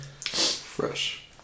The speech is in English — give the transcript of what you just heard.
Fresh